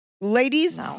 Ladies